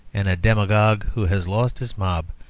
and a demagogue who has lost his mob,